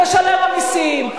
משלם המסים,